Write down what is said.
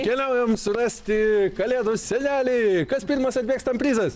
keliaujam surasti kalėdų senelį kas pirmas atbėgs tam prizas